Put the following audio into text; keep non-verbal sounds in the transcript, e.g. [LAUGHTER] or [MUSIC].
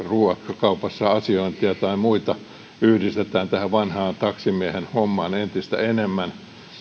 [UNINTELLIGIBLE] ruokakaupassa asiointia tai muita yhdistetään tähän vanhaan taksimiehen hommaan entistä enemmän